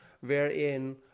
wherein